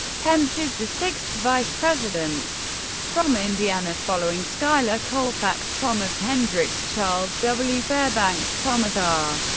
pence is the sixth vice president from indiana, following schuyler colfax, thomas hendricks, charles w. fairbanks, thomas r.